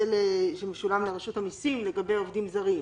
שמשולם לרשות המסים לגבי עובדים זרים.